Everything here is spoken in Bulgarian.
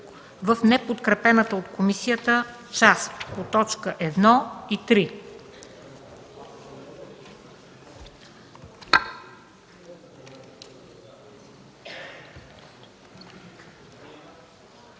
в неподкрепената от комисията част по т. 1 до